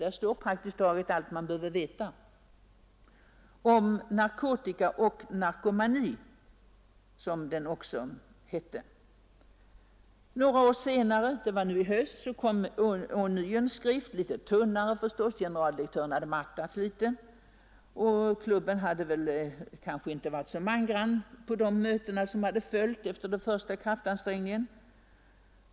Där står praktiskt taget allt man behöver veta om narkotika och narkomani; broschyren heter Fakta om narkotika och narkomani. Några år senare — det var i höstas — kom ånyo en skrift — litet tunnare förstås; generaldirektörerna hade mattats något och uppslutningen hade väl inte varit så mangrann på de möten med klubben som följt efter den första kraftansträngningen.